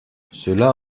cela